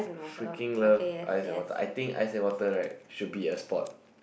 freaking love Ice and Water I think Ice and Water right should be a sport